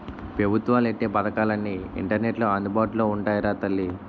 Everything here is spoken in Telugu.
పెబుత్వాలు ఎట్టే పదకాలన్నీ ఇంటర్నెట్లో అందుబాటులో ఉంటాయిరా తల్లీ